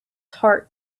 heart